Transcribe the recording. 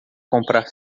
comprar